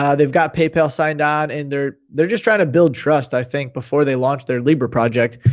um they've got paypal signed on and they're they're just trying to build trust, i think, before they launch their libra project,